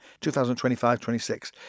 2025-26